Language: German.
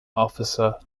officer